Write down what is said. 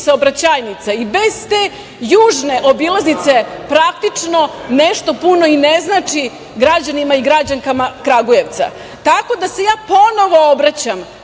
saobraćajnica i bez te južne obilaznice praktično nešto puno i ne znači građanima i građankama Kragujevca? Tako da se ja ponovo obraćam